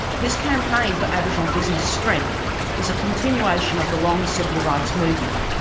his campaign for aboriginal business strength is a continuation of the long civil rights movement.